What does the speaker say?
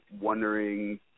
wondering